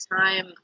time